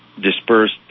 dispersed